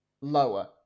lower